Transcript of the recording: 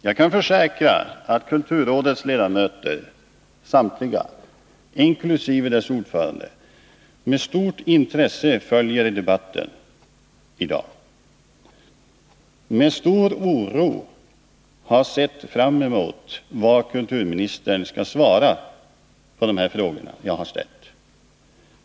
Jag kan försäkra att samtliga kulturrådets ledamöter, inkl. dess ordförande, med stort intresse följer debatten i dag. De har med stor oro väntat på att få höra vad kulturministern skulle svara på de frågor som jag har ställt.